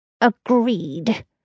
Agreed